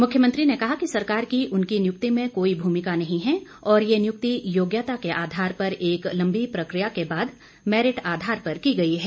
मुख्यमंत्री ने कहा कि सरकार की उनकी नियुक्ति में कोई भूमिका नहीं है और ये नियुक्ति योग्यता के आधार पर एक लंबी प्रकिया के बाद मैरिट आधार पर की गई है